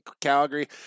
Calgary